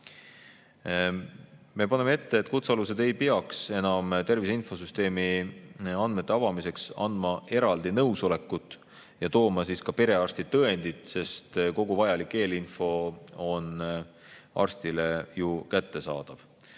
Me paneme ette, et kutsealused ei peaks enam tervise infosüsteemi andmete avamiseks andma eraldi nõusolekut ja tooma ka perearstilt tõendit, sest kogu vajalik eelinfo on arstile ju kättesaadav.